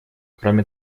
кроме